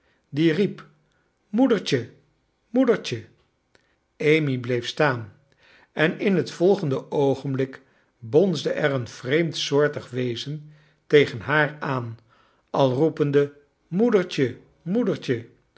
die riep moedertje moedertje amy bleef staan en in het volgende oogenblik bonsde er een vreemdsoortig wezen tegen haar arm al roepende moedertje moedertje